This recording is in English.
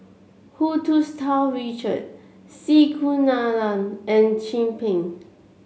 Hu Tsu Tau Richard C Kunalan and Chin Peng